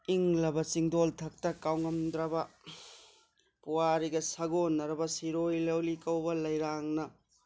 ꯏꯪꯂꯕ ꯆꯤꯡꯗꯣꯜ ꯊꯛꯇ ꯀꯥꯎꯉꯝꯗ꯭ꯔꯕ ꯄꯨꯋꯥꯔꯤꯒ ꯁꯥꯒꯣꯟꯅꯔꯕ ꯁꯤꯔꯣꯏ ꯂꯤꯂꯤ ꯀꯧꯕ ꯂꯩꯔꯥꯡꯅ